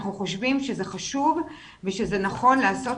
אנחנו חושבים שזה חשוב ושזה נכון לעשות